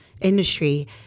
industry